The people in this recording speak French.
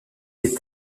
des